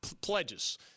pledges